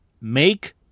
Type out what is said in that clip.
make